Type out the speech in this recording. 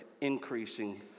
increasing